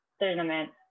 Tournament